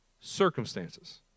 circumstances